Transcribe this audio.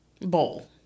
bowl